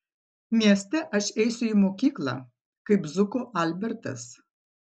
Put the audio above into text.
mieste aš eisiu į mokyklą kaip zuko albertas